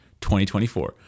2024